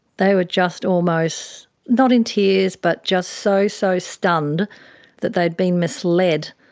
they were just almost not in tears but just so, so stunned that they'd been misled